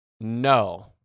No